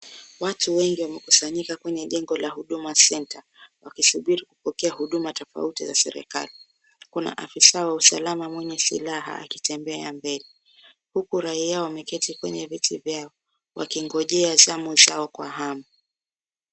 Watu wengi wamekusanyika kwenye jengo la huduma [cp] center [cp] wakisubiri kupokea huduma tofauti za serikali. Kuna afisa WA usalama mwenye silaha akitembea mbele huku raia wameketi kwenye viti vyao wakingojea zamu zao kwa hamu